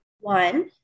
one